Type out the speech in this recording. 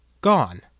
Gone